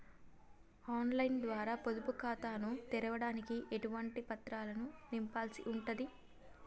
On line ద్వారా పొదుపు ఖాతాను తెరవడానికి ఎటువంటి పత్రాలను నింపాల్సి ఉంటది?